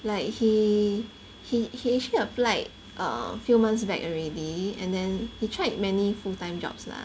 like he he he actually applied err a few months back already and then he tried many full time jobs lah